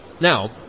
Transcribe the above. Now